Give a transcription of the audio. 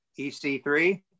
EC3